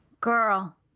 Girl